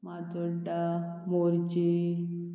Majorda Morjim